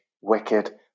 wicked